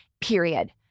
period